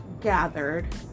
gathered